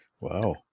Wow